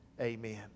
Amen